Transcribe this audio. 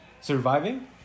surviving